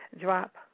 drop